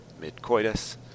mid-coitus